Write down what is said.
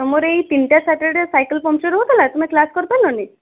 ତୁମର ଏଇ ତିନିଟା ସ୍ୟାଟର୍ଡ଼େ ସାଇକେଲ ପମ୍ପଚର୍ ହେଉଥିଲା ତୁମେ କ୍ଳାସ୍ କରିପାରିଲନି